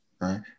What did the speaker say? right